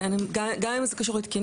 בין אם זה קשור לתקינה,